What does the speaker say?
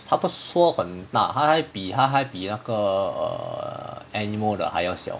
他不说本那他还比他还比那个 anemo 的还要小